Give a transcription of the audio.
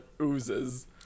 oozes